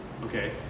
Okay